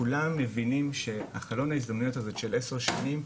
כולם מבינים שחלון ההזדמנויות הזה של עשר שנים,